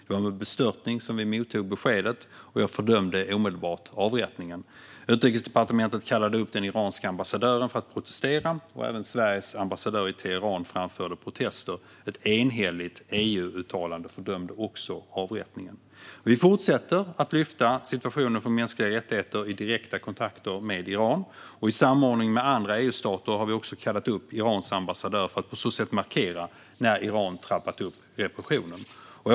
Det var med bestörtning vi mottog beskedet, och jag fördömde omedelbart avrättningen. Utrikesdepartementet kallade upp den iranske ambassadören för att protestera, och även Sveriges ambassadör i Teheran framförde protester. Ett enhälligt EU-uttalande fördömde också avrättningen. Vi fortsätter att lyfta situationen för mänskliga rättigheter i direkta kontakter med Iran. I samordning med andra EU-stater har vi också kallat upp Irans ambassadör för att på så sätt markera när Iran trappat upp repressionen.